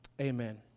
Amen